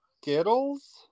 Skittles